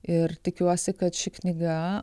ir tikiuosi kad ši knyga